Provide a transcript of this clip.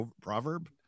proverb